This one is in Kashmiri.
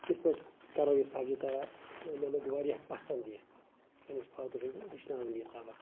کِتھ پٲٹھۍ کرو یہِ سَبزی تَیار مےٚ لوٚگ واریاہ پَسند یہِ پَنٕنِس فادر سُند ہیٚچھناوُن یہِ سَبق